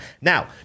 Now